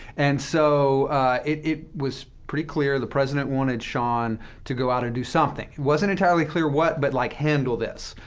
and so it it was pretty clear the president wanted sean to go out and do something. it wasn't entirely clear what, but like, handle this.